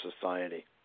society